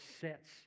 sets